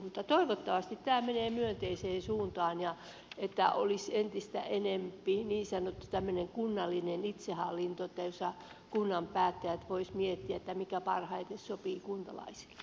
mutta toivottavasti tämä menee myönteiseen suuntaan että olisi entistä enempi niin sanottu tämmöinen kunnallinen itsehallinto jossa kunnan päättäjät voisivat miettiä mikä parhaiten sopii kuntalaisille